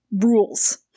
rules